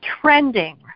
trending